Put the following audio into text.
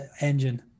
engine